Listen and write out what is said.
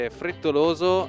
frettoloso